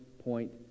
point